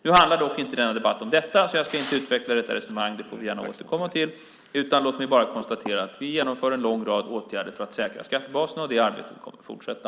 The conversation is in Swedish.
Nu handlar dock inte denna debatt om detta, så jag ska inte utveckla detta resonemang. Det kan vi gärna återkomma till. Låt mig bara konstatera att vi vidtar en lång rad åtgärder för att säkra skattebasen, och det arbetet kommer att fortsätta.